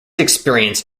experience